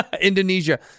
Indonesia